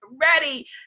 ready